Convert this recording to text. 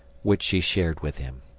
which she shared with him.